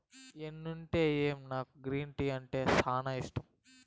ఎన్నుంటేమి నాకు green tea అంటే సానా ఇష్టం